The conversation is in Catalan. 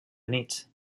units